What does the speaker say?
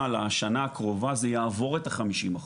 לשנה הקרובה זה יעבור את ה-50 אחוזים.